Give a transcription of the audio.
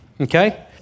Okay